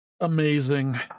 Amazing